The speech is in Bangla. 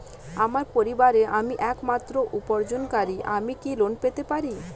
আমার পরিবারের আমি একমাত্র উপার্জনকারী আমি কি ঋণ পেতে পারি?